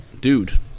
dude